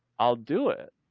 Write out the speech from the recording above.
i'll do it.